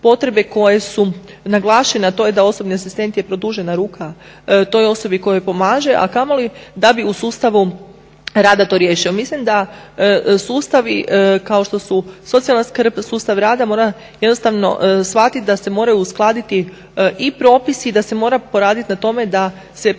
potrebe koje su naglašene, a to je da je osobni asistent produžena ruka toj osobi kojoj pomaže, a kamoli da bi u sustavu rada to riješio. Mislim da sustavi kao što su socijalna skrb, sustav rada mora jednostavno shvatiti da se moraju uskladiti i propisi i da se mora poraditi na tome da se podzakonski